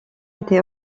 était